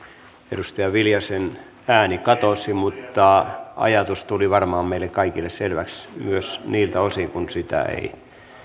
edustaja viljasen ääni katosi mutta ajatus tuli varmaan meille kaikille selväksi myös niiltä osin kuin sitä ei